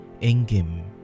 Engim